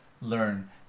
learn